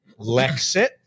Lexit